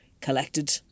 collected